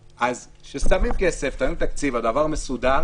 כששמים כסף, כשיש תקציב והדבר מסודר